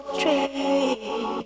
dream